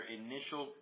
initial